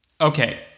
Okay